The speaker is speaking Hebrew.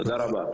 תודה רבה.